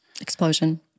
Explosion